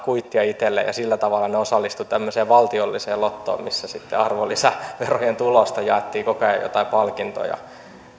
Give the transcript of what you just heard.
kuittia itselleen ja sillä tavalla he osallistuivat tämmöiseen valtiolliseen lottoon missä sitten arvonlisäverojen tuloista jaettiin koko ajan joitain palkintoja